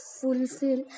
fulfill